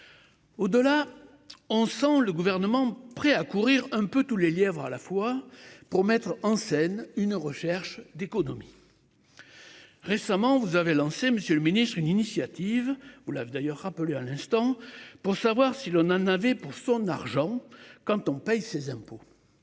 Au dollar. On sent le gouvernement prêt à courir un peu tous les lièvres à la fois pour mettre en scène une recherche d'économies. Récemment vous avez lancé monsieur le ministre. Une initiative, vous l'avez d'ailleurs rappelé à l'instant pour savoir si l'on en avait pour son argent. Quand on paye ses impôts.